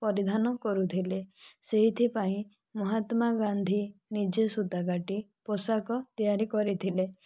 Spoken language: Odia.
ପରିଧାନ କରୁଥିଲେ ସେଥିପାଇଁ ମହାତ୍ମା ଗାନ୍ଧୀ ନିଜେ ସୁତା କାଟି ପୋଷାକ ତିଆରି କରିଥିଲେ